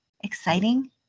exciting